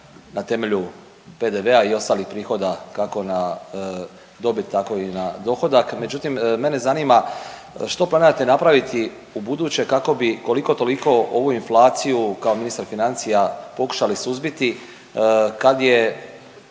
na temelju PDV-a i ostalih prihoda kako na dobit tako i na dohodak. Međutim, mene zanima što planirate napraviti u buduće kako bi koliko toliko ovu inflaciju kao ministar financija pokušali suzbiti kad je